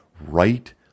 right